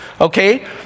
okay